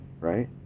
right